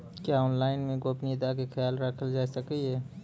क्या ऑनलाइन मे गोपनियता के खयाल राखल जाय सकै ये?